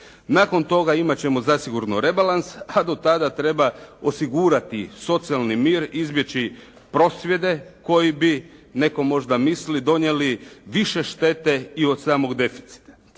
Nakon toga imat ćemo zasigurno rebalans a do tada treba osigurati socijalni mir, izbjeći prosvjede koji bi netko možda misli donijeli više štete i od samog deficita.